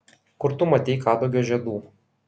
kur tu matei kadugio žiedų